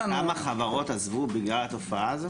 כמה חברות עזבו בגלל התופעה הזו?